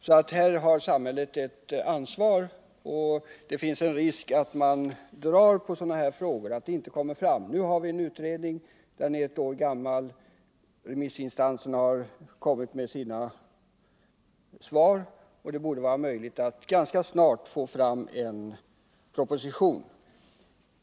Här har alltså samhället ett ansvar, och det finns en risk för att man drar ut på tiden när det gäller sådana här frågor och att inget resultat nås. Nu har vi ett utredningsbetänkande som är ett år gammalt. Remissinstanserna har gett sina svar. Det borde vara möjligt att ganska snart få fram en proposition.